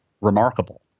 remarkable